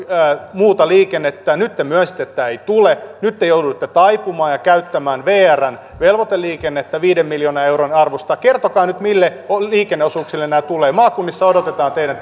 muuta liikennettä nyt te myönsitte että ei tule nyt te jouduitte taipumaan ja käyttämään vrn velvoiteliikennettä viiden miljoonan euron arvosta kertokaa nyt mille liikenneosuuksille nämä tulevat maakunnissa odotetaan teidän